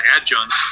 adjunct